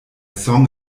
song